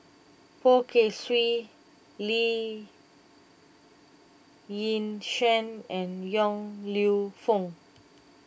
Poh Kay Swee Lee Yi Shyan and Yong Lew Foong